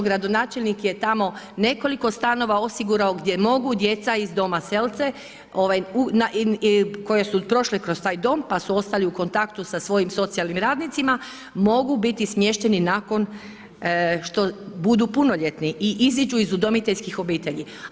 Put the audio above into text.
Gradonačelnik je tamo nekoliko stanova osigurao gdje mogu djeca iz Doma Selce koja su prošla kroz taj dom, pa su ostali u kontaktu sa svojim socijalnim radnicima, mogu biti smješteni nakon što budu punoljetni i izađu iz udomiteljskih obitelji.